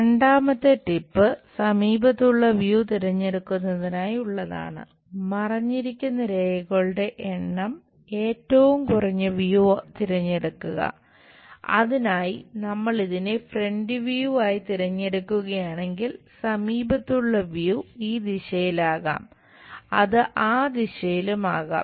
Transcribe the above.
രണ്ടാമത്തെ ടിപ്പ് ആയി തിരഞ്ഞെടുക്കുകയാണെങ്കിൽ സമീപത്തുളള വ്യൂ ഈ ദിശയിലാകാം അത് ആ ദിശയിലും ആകാം